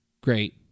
great